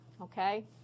okay